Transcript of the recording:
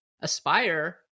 Aspire